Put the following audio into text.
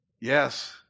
yes